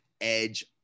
Edge